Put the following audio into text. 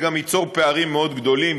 זה גם ייצור פערים מאוד גדולים,